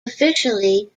officially